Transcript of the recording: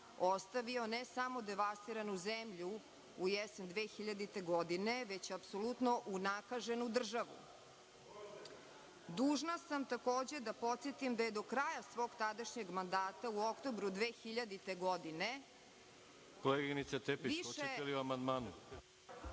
ostavio ne samo devastiranu zemlju u jesen 2000. godine, već apsolutno unakaženu državu. Dužna sam, takođe, da podsetim da je do kraja svog tadašnjeg mandata, u oktobru 2000. godine više… **Veroljub Arsić** Koleginice Tepić, hoćete li o amandmanu?